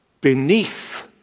beneath